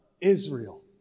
Israel